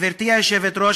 גברתי היושבת-ראש,